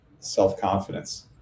self-confidence